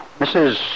Mrs